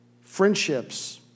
Friendships